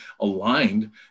aligned